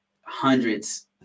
hundreds